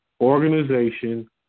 organization